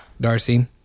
Darcy